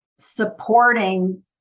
supporting